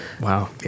Wow